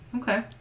Okay